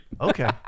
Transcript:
Okay